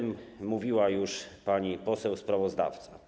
Mówiła już o tym pani poseł sprawozdawca.